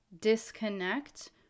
disconnect